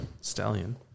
Stallion